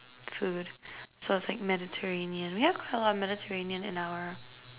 food so it's like Mediterranean we have a lot of Mediterranean in our